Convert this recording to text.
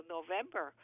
November